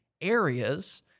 areas